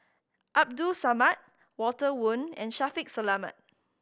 Abdul Samad Walter Woon and Shaffiq Selamat